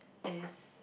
is